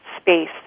space